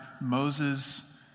Moses